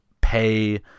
pay